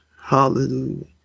Hallelujah